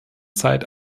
zeit